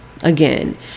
again